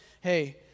hey